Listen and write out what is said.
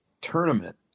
tournament